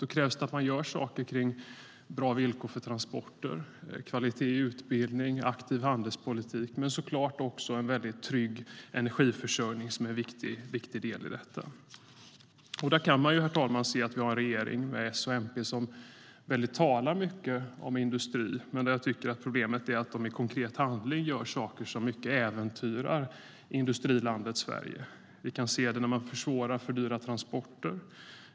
Då krävs att man gör saker som ger bra villkor för transporter, kvalitet i utbildning och aktiv handelspolitik, men också en väldigt trygg energiförsörjning är en viktig del i detta. Herr talman! Vi kan se att vi har en regering med S och MP som talar mycket om industri. Problemet är att de i konkret handling gör saker som mycket äventyrar industrilandet Sverige. Vi kan se det när man försvårar och fördyrar transporter.